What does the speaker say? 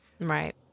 Right